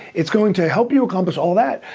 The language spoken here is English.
it's going to help you accomplish all that,